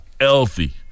healthy